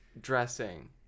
dressing